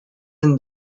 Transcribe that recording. and